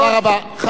תודה רבה.